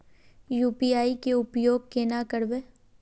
UPI के उपयोग केना करबे?